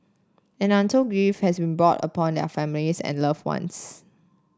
and untold grief has been brought upon their families and loved ones